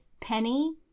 Penny